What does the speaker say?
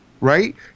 right